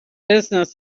business